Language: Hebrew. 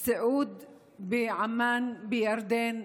שנה ג' סיעוד בעמאן בירדן.